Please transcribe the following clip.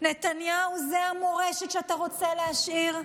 נתניהו, זאת המורשת שאתה רוצה להשאיר?